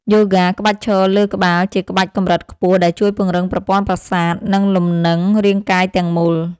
យូហ្គាក្បាច់ឈរលើក្បាល ជាក្បាច់កម្រិតខ្ពស់ដែលជួយពង្រឹងប្រព័ន្ធប្រសាទ និងលំនឹងរាងកាយទាំងមូល។